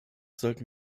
sollten